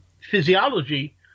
physiology